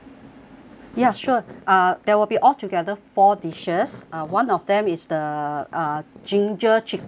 ya sure uh there will be altogether four dishes uh one of them is the uh ginger chicken